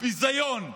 ביזיון.